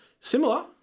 Similar